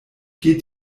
geht